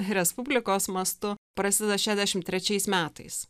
respublikos mastu prasideda šedešim trečiais metais